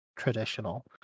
traditional